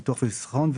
ביטוח וחיסכון,